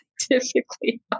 Typically